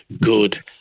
good